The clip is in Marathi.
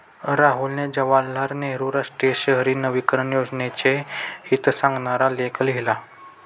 राहुलने जवाहरलाल नेहरू राष्ट्रीय शहरी नवीकरण योजनेचे हित सांगणारा लेख लिहिला